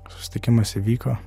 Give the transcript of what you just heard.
susitikimas įvyko